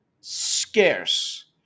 scarce